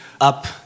up